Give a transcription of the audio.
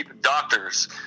doctors